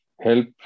help